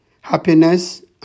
happiness